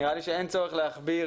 נראה לי שאין צורך להכביר